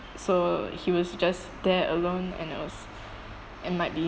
so he was just there alone and it was and might be